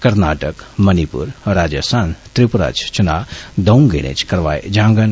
कर्नाटक मणिपुर राजस्थान त्रिपुरा च चुना दंऊ गेढे च करोआए जांगन